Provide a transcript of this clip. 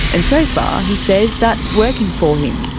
and so far he says that's working for him.